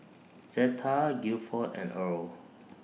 Zetta Gilford and Earle